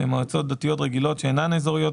במועצות דתיות "רגילות" שאינן אזוריות,